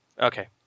Okay